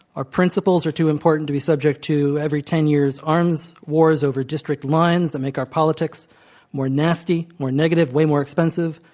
our principles are too important to be subject to every ten years arms wars over district lines. they make our politics more nasty, more negative, way more expensive.